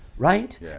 Right